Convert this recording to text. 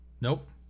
Nope